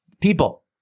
people